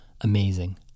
Amazing